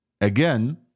Again